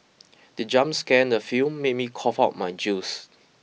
the jump scare in the film made me cough out my juice